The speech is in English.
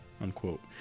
unquote